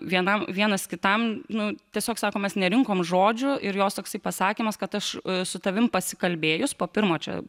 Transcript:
vienam vienas kitam nu tiesiog sako mes nerinkom žodžių ir jos toksai pasakymas kad aš su tavimi pasikalbėjus po pirmo čia